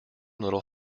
little